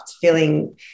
feeling